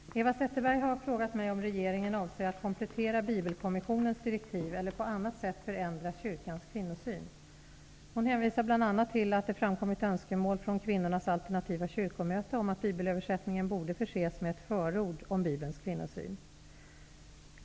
Herr talman! Eva Zetterberg har frågat mig om regeringen avser att komplettera Bibelkommissionens direktiv eller på annat sätt förändra kyrkans kvinnosyn. Hon hänvisar bl.a. till att det har framkommit önskemål från Kvinnornas Alternativa Kyrkomöte om att bibelöversättningen borde förses med ett förord om Bibelns kvinnosyn.